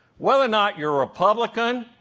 whether or not you're republican,